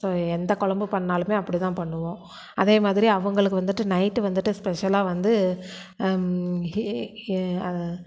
so எந்த குழம்பு பண்ணாலுமே அப்படி தான் பண்ணுவோம் அதே மாதிரி அவங்களுக்கு வந்துட்டு நைட்டு வந்துட்டு ஸ்பெஷலாக வந்து